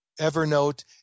Evernote